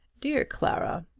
dear clara,